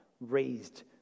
raised